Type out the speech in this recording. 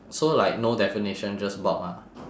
so like no definition just bulk ah